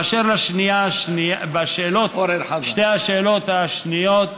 באשר לשתי השאלות האחרות,